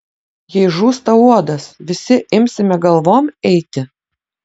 jei žūsta uodas visi imsime galvom eiti